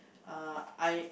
uh I